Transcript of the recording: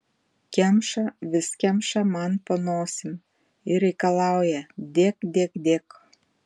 kemša vis kemša man po nosim ir reikalauja dėk dėk dėk